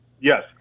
Yes